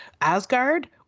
Asgard